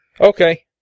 Okay